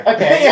Okay